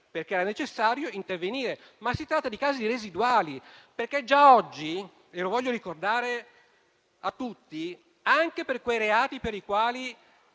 perché era necessario intervenire. Si tratta però di casi residuali, perché già oggi - lo voglio ricordare a tutti - anche per quei reati per i quali